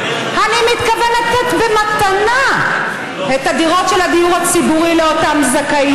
אני מתכוון לתת במתנה את הדירות של הדיור הציבורי לאותם זכאים.